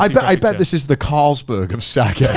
i bet i bet this is the carlsberg of sake. yeah